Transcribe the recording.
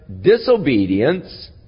disobedience